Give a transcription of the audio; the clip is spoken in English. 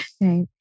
Right